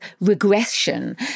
regression